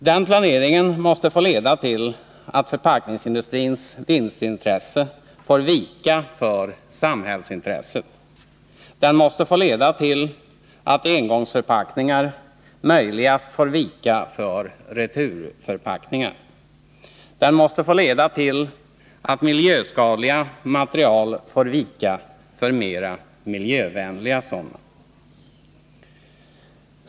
Den planeringen måste få leda till att förpackningsindustrins vinstintresse får vika för samhällsintresset. Den måste få leda till att engångsförpackningar i möjligaste mån får vika för returförpackningar. Den måste få leda till att miljöskadliga material får vika för mera miljövänliga.